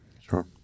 Sure